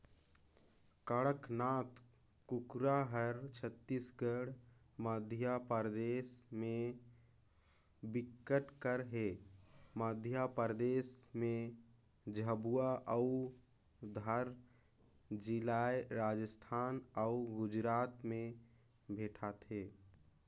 कड़कनाथ कुकरा हर छत्तीसगढ़, मध्यपरदेस में बिकट कर हे, मध्य परदेस में झाबुआ अउ धार जिलाए राजस्थान अउ गुजरात में भेंटाथे